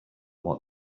what